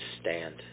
stand